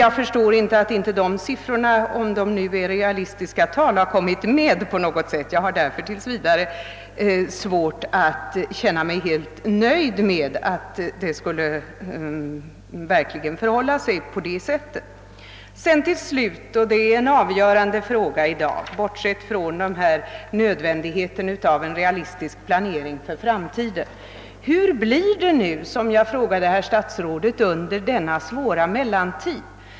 Jag förstår som sagt inte att den siffran, om den nu är realistisk, inte kom med i svaret. Tills vidare har jag därför svårt att tro att det verkligen ligger till på det sättet. En avgörande fråga i dag, bortsett från nödvändigheten av en realistisk planering för framtiden, är denna: Hur blir det nu under denna svåra mellantid?